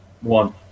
One